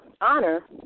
honor